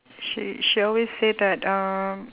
she she always say that um